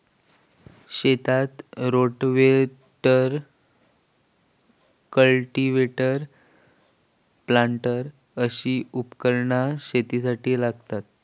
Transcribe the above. शेतात rotavator, cultivator, planter अशी उपकरणा शेतीसाठी लागतत